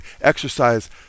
exercise